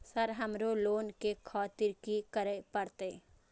Sir हमरो loan ले खातिर की करें परतें?